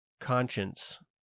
conscience